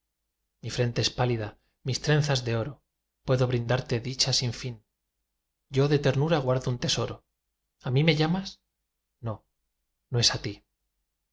mi frente es pálida mis trenzas de oro puedo brindarte dichas sin fin yo de ternura guardo un tesoro á mí me llamas no no es á ti